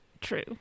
true